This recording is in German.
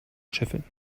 scheffeln